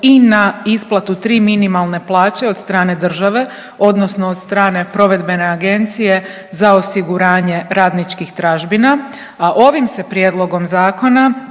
i na isplatu 3 minimalne plaće od strane države, odnosno od strane provedbene Agencije za osiguranje radničkih tražbina, a ovim se Prijedlogom zakona